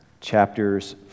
chapters